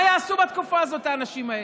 מה יעשו בתקופה הזאת האנשים האלה,